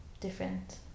different